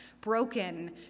broken